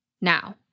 Now